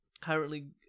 currently